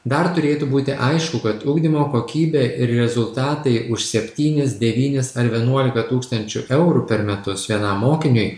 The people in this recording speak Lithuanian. dar turėtų būti aišku kad ugdymo kokybė ir rezultatai už septynis devynis ar vienuolika tūkstančių eurų per metus vienam mokiniui